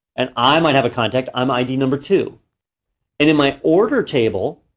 and i might have a contact, i'm id number two. and in my order table,